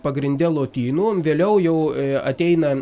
pagrinde lotynų vėliau jau ateina